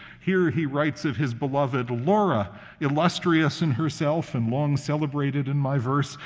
here he writes of his beloved laura illustrious in herself and long-celebrated in my verse,